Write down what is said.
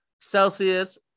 Celsius